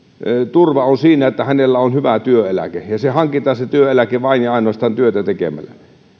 turva on siinä että on hyvä työeläke ja se työeläke hankitaan vain ja ainoastaan työtä tekemällä